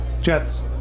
Jets